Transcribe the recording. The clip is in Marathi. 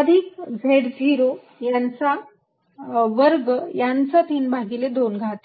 अधिक z0 वर्ग यांचा 32 घात